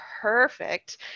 Perfect